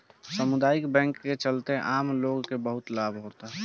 सामुदायिक बैंक के चलते आम लोग के बहुत लाभ होता